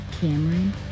Cameron